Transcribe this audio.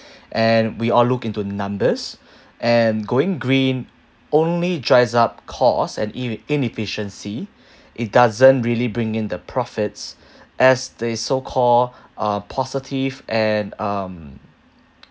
and we all look into numbers and going green only drives up cost and in~ inefficiency it doesn't really bring in the profits as they so call a positive and um